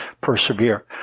persevere